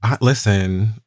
Listen